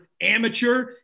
amateur